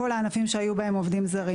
לכל הענפים שהיו בהם עובדים זרים,